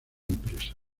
empresa